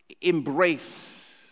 embrace